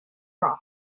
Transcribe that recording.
bronx